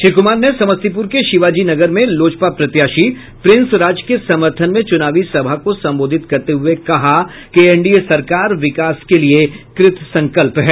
श्री कुमार ने समस्तीपुर के शिवाजी नगर में लोजपा प्रत्याशी प्रिंस राज के समर्थन में चुनावी सभा को संबोधित करते हुए कहा कि एनडीए सरकार विकास के लिये कृतसंकल्प है